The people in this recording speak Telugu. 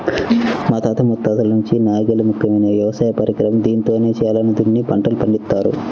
మా తాత ముత్తాతల నుంచి నాగలే ముఖ్యమైన వ్యవసాయ పరికరం, దీంతోనే చేలను దున్ని పంటల్ని పండిత్తారు